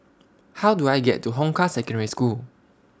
How Do I get to Hong Kah Secondary School